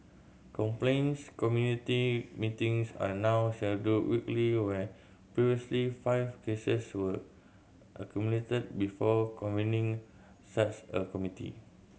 complaints community meetings are now scheduled weekly where previously five cases were accumulated before convening such a committee